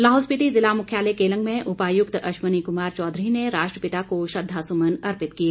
लाहौल स्पीति जिला मुख्यालय केलंग में उपायुक्त अश्वनी कुमार चौधरी ने राष्ट्रपिता को श्रद्वा सुमन अर्पित किए